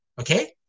Okay